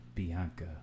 Bianca